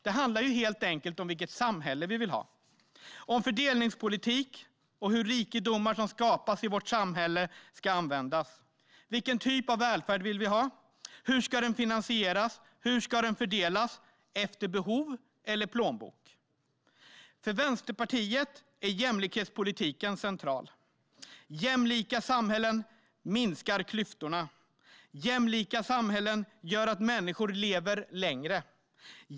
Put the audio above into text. Det handlar helt enkelt om vilket samhälle vi vill ha, om fördelningspolitik och om hur de rikedomar som skapas i vårt samhälle ska användas. Vilken typ av välfärd vill vi ha? Hur ska den finansieras? Hur ska den fördelas - efter behov eller efter plånbok? För Vänsterpartiet är jämlikhetspolitiken central. Jämlika samhällen minskar klyftorna. Jämlika samhällen gör att människor lever längre.